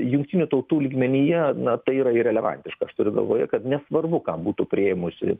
jungtinių tautų lygmenyje na tai yra relevantiška aš turiu galvoje kad nesvarbu ką būtų priėmusi